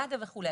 ממד"א וכולי,